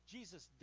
Jesus